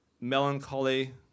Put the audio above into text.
melancholy